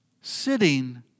sitting